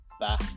bye